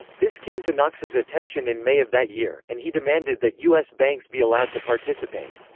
this came to knox's attention in may of that year, and he demanded that u s. banks be allowed to participate.